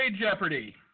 Jeopardy